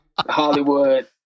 Hollywood